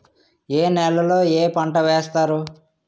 ఏ నేలలో ఏ పంట వేస్తారు?